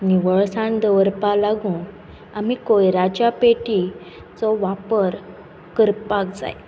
निवळसाण दवरपा लागून आमी कोयराच्या पेटीचो वापर करपाक जाय